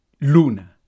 Luna